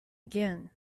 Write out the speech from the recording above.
again